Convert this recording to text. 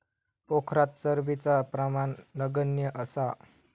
पोखरात चरबीचा प्रमाण नगण्य असा